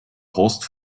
horst